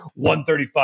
135